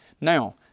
Now